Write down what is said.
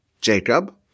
Jacob